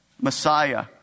Messiah